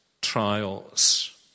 trials